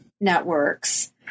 networks